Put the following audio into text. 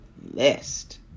list